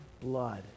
blood